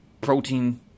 protein